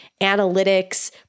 analytics